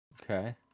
Okay